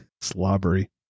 Slobbery